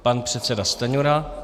Pan předseda Stanjura.